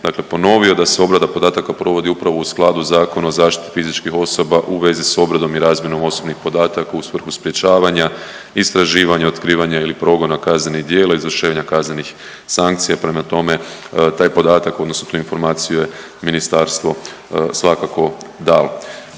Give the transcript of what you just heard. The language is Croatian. dakle ponovio da se obrada podataka provodi upravo u skladu Zakona o zaštiti fizičkih osoba u vezi sa obradom i razmjenom osobnih podataka u svrhu sprječavanja istraživanja, otkrivanja ili progona kaznenih djela, izvršenja kaznenih sankcija. Prema tome, taj podatak odnosno tu informaciju je ministarstvo svakako dalo.